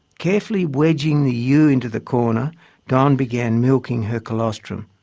carefully wedging the ewe into the corner don began milking her colostrum,